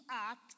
act